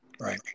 Right